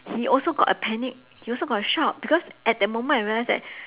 he also got a panic he also got a shock because at that moment I realised that